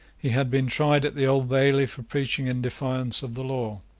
he had been tried at the old bailey for preaching in defiance of the law.